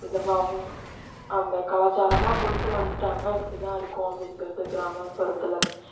இதுவாகவும் அந்த கலாச்சாரமாக கொண்டுட்டு வந்துட்டாங்க இப்படிதான் இருக்கும் அப்படிங்குறது கிராமப்புறத்தில்